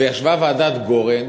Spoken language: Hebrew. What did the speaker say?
וישבה ועדת גורן,